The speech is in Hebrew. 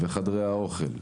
וחדרי האוכל,